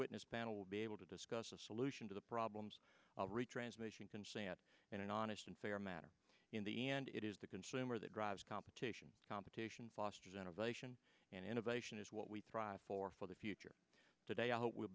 witness panel will be able to discuss a solution to the problems of retransmission consent in an honest and fair matter in the end it is the consumer that drives competition competition fosters innovation and innovation is what we thrive for for the future today i hope w